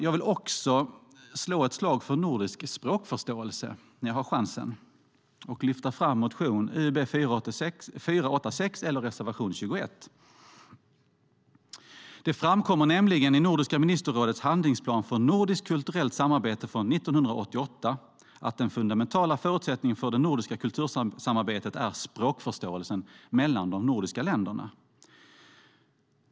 Jag vill, när jag har chansen, slå ett slag för nordisk språkförståelse och lyfta fram motion Ub486, reservation 21. Det framkommer nämligen i Nordiska ministerrådets handlingsplan för nordiskt kulturellt samarbete från 1988 att den fundamentala förutsättningen för det nordiska kultursamarbetet är språkförståelsen mellan de nordiska länderna.